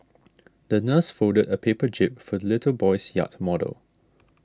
the nurse folded a paper jib for little boy's yacht model